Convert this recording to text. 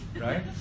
right